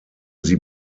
sie